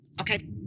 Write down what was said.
okay